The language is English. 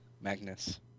Magnus